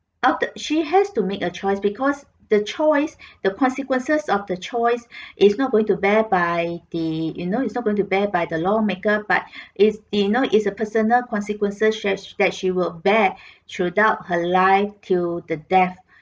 after she has to make a choice because the choice the consequences of the choice is not going to bear by the you know it's not going to bear by the lawmaker but is the you know is a personal consequences she that she will bear throughout her life till the death